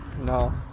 No